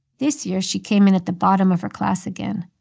this year, she came in at the bottom of her class again,